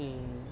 okay